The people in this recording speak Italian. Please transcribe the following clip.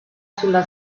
sulla